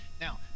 Now